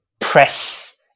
press